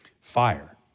fire